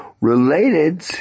related